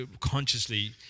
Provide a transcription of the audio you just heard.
consciously